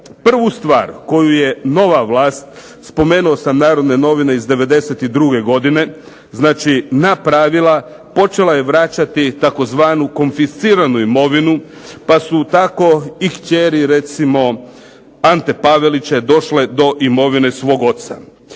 prvu stvar koju je nova vlast, spomenuo sam Narodne novine iz '92. godine, znači napravila, počela je vraćati tzv. konfisciranu imovinu pa su tako i kćeri recimo Ante Pavelića došle do imovine svog oca.